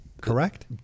Correct